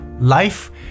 Life